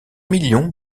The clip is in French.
million